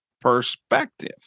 perspective